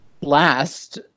Last